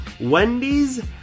Wendy's